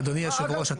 אדוני היושב ראש,